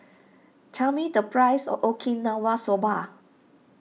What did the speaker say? tell me the price of Okinawa Soba